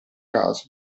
caso